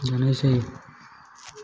जानाय जायो